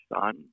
Son